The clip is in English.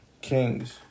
Kings